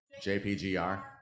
Jpgr